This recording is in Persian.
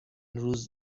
روز